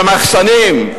במחסנים,